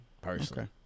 Personally